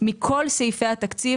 מכל סעיפי התקציב.